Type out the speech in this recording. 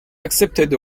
accepted